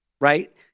right